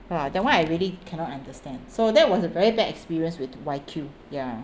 !wah! that one I really cannot understand so that was a very bad experience with Y_Q ya